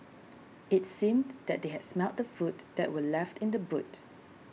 it seemed that they had smelt the food that were left in the boot